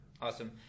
Awesome